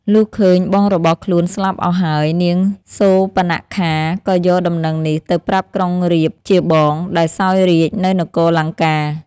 លុះឃើញបងរបស់ខ្លួនស្លាប់អស់ហើយ នាងសូរបនខាក៏យកដំណឹងនេះទៅប្រាប់ក្រុងរាពណ៍ ជាបង ដែលសោយរាជ្យនៅនគរលង្កា។